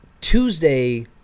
Tuesday